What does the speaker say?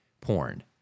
porn